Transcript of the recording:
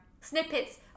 snippets